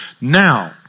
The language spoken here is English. Now